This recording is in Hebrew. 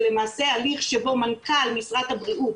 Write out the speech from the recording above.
זה למעשה הליך שבו מנכ"ל משרד הבריאות,